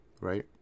right